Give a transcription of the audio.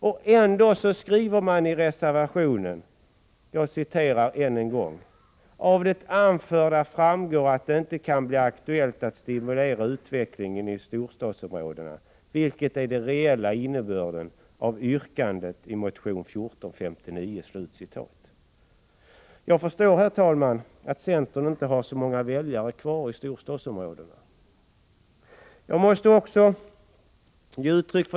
Och ändå skriver man i reservationen: ”Av det anförda framgår att det inte kan bli aktuellt att stimulera utvecklingen i storstadsområdena, vilket är den reella innebörden av yrkandet i motion 1459”. Jag förstår, herr talman, att centern inte har så många väljare kvar i storstadsområdena.